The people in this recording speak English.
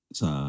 sa